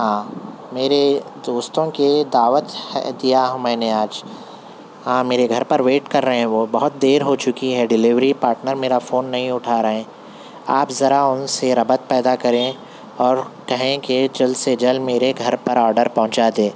ہاں میری دوستوں کی دعوت ہے دیا ہوں میں نے آج ہاں میرے گھر پر ویٹ کر رہے ہیں وہ بہت دیر ہو چکی ہے ڈیلیوری میرا پاٹنر میرا فون نہیں اٹھا رہے ہیں آپ ذرا ان سے ربط پیدا کریں اور کہیں کہ جلد سے جلد میرے گھر پر آڈر پہنچا دیں